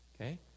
Okay